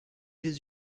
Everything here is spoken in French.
des